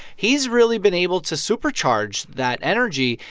he's really been able to supercharge that energy,